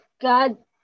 God